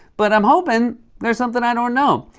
but i'm hoping there's something i don't know.